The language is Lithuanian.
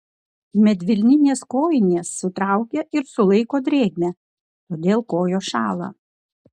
medvilninės kojinės sutraukia ir sulaiko drėgmę todėl kojos šąla